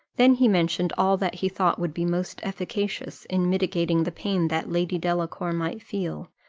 then he mentioned all that he thought would be most efficacious in mitigating the pain that lady delacour might feel,